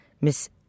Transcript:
Miss